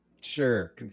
Sure